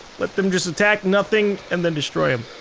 let them just attack nothing and then destroy em.